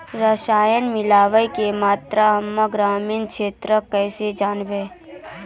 रसायन मिलाबै के मात्रा हम्मे ग्रामीण क्षेत्रक कैसे जानै?